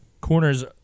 corners